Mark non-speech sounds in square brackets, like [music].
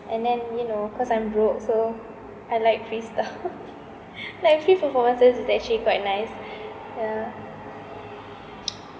and then you know cause I'm broke so I like free stuff [laughs] like free performances is actually quite nice yeah [noise]